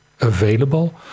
available